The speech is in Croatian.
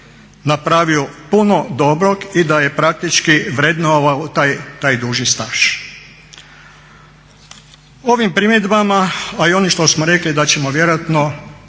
napravio puno dobrog i da je praktički vrednovao taj duži staž. Ovim primjedbama, a i onim što smo rekli da ćemo vjerojatno